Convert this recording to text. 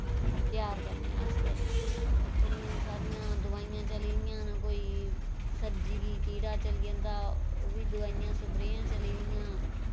त्यार करने आस्तै बड़ियां सारियां दोआइयां चली दियां न कोई सब्जी गी कीड़ा चली जंदा ओहबी दोआइयां स्प्रेआं चली दियां